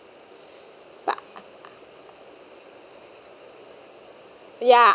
ya